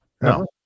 No